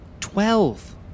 Twelve